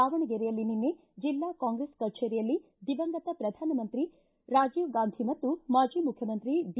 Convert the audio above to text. ದಾವಣಗೆರೆಯಲ್ಲಿ ನಿನ್ನೆ ಜಿಲ್ಲಾ ಕಾಂಗ್ರೆಸ್ ಕಜೇರಿಯಲ್ಲಿ ನಿನ್ನೆ ದಿವಂಗತ ಪ್ರಧಾನಮಂತ್ರಿ ರಾಜೀವ್ ಗಾಂಧಿ ಮತ್ತು ಮಾಜಿ ಮುಖ್ಯಮಂತ್ರಿ ಡಿ